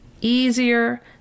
easier